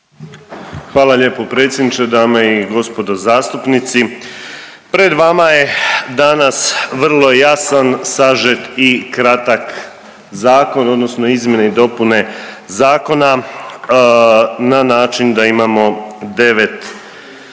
Hvala lijepo predsjedniče. Dame i gospodo zastupnici, pred vama je danas vrlo jasan, sažet i kratak zakon odnosno izmjene i dopune zakona na način da imamo 9